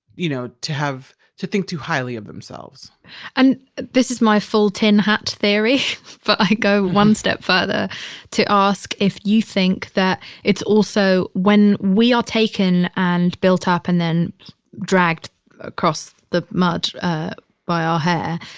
you know, to have, to think too highly of themselves and this is my full tin hat theory. for i go one step further to ask if you think that it's also when we are taken and built up and then dragged across the mud by our hair.